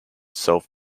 self